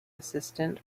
assistant